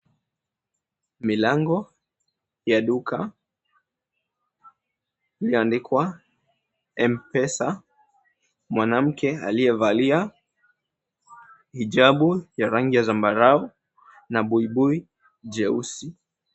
Milango ya duka iliandikwa M-pesa. Mwanamke aliyevalia hijabu ya rangi ya zambarau na buibui jeusi.